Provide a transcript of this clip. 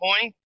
point